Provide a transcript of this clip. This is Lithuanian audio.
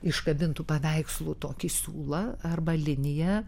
iškabintų paveikslų tokį siūlą arba liniją